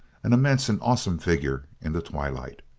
an immense and awesome figure in the twilight.